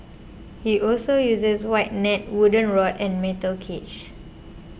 he also uses wide nets wooden rod and metal cages